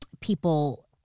people